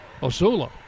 Osula